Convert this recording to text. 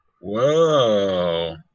Whoa